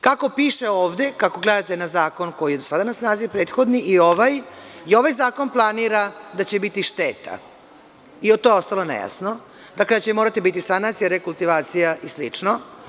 Kako piše ovde, kako gledate na zakon koji je sada na snazi, prethodni i ovaj, i ovaj zakon planira da će biti šteta, ili je to ostalo nejasno, dakle, da će morati biti sanacija, rekultivacija i slično.